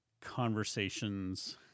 conversations